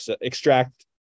extract